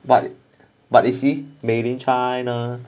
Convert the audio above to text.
but but is he made in china